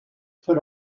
put